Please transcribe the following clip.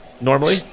normally